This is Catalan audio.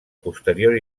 posterior